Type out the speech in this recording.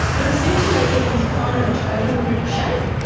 but essentially it was kind of a turtle shape,